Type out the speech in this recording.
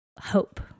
hope